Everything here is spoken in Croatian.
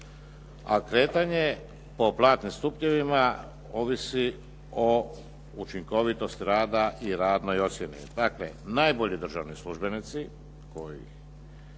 a kretanje po platnim stupnjevima ovisi o učinkovitosti rada i radnoj ocjeni. Dakle, najbolji državni službenici koji